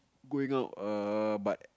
going out err but